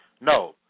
No